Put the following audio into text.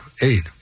aid